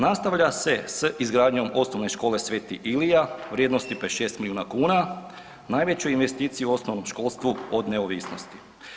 Nastavlja se s izgradnjom Osnovne škole Sv. Ilija vrijednosti 56 miliona kuna, najvećom investicijom u osnovnom školstvu od neovisnosti.